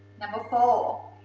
number four.